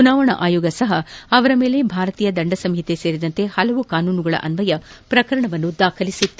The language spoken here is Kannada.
ಚುನಾವಣಾ ಆಯೋಗ ಅವರ ಮೇಲೆ ಭಾರತೀಯ ದಂಡಸಂಹಿತೆ ಸೇರಿದಂತೆ ಹಲವು ಕಾನೂನಿನ್ವಯ ಪ್ರಕರಣವನ್ನು ದಾಖಲಿಸಿತ್ತು